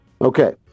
Okay